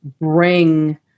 bring